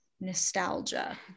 nostalgia